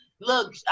Look